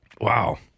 Wow